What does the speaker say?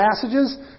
passages